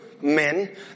men